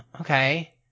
okay